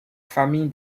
famille